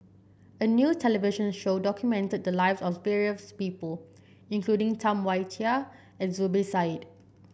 a new television show documented the lives of various people including Tam Wai Jia and Zubir Said